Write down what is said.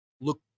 look